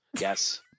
yes